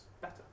better